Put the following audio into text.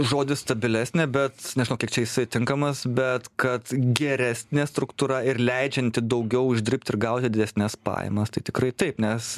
žodis stabilesnė bet nežinau kiek čia jisai tinkamas bet kad geresnė struktūra ir leidžianti daugiau uždirbt ir gauti didesnes pajamas tai tikrai taip nes